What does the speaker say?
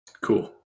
Cool